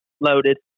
loaded